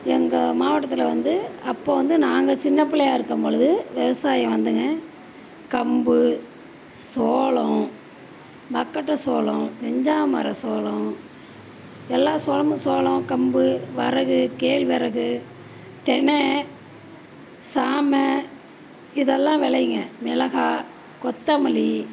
எங்கள் மாவட்டத்தில் வந்து அப்போ வந்து நாங்கள் சின்னப் பிள்ளையா இருக்கும் பொழுது விவசாயம் வந்துங்க கம்பு சோளம் மக்கட்ட சோளம் வெண்சாமர சோளம் எல்லா சோளமும் சோளம் கம்பு வரகு கேழ்வரகு தின சாமை இதெல்லாம் விளையுங்க மிளகாய் கொத்தமல்லி